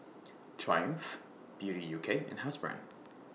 Triumph Beauty U K and Housebrand